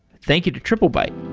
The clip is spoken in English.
thank you to triplebyte